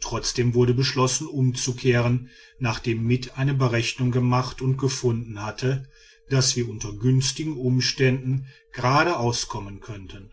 trotzdem wurde beschlossen umzukehren nachdem mitt eine berechnung gemacht und gefunden hatte daß wir unter günstigen umständen gerade auskommen könnten